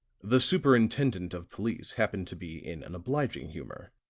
the superintendent of police happened to be in an obliging humor,